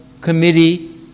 Committee